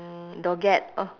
dogat oh